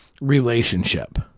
relationship